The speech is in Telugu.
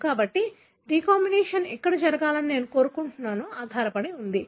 కాబట్టి రీకాంబినేషన్ ఎక్కడ జరగాలని నేను కోరుకుంటున్నానో అది ఆధారపడి ఉంటుంది